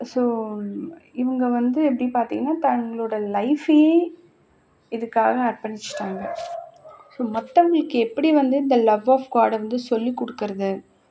so இவங்க வந்து எப்படி பார்த்தீங்கன்னா தங்களோடய லைஃப்பையே இதுக்காக அர்பணிச்சுட்டாங்க ஸோ மற்றவங்களுக்கு எப்படி வந்து இந்த லவ் ஆஃப் காடை வந்து சொல்லிக் கொடுக்கறது